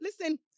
Listen